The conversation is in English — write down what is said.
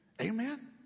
Amen